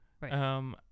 Right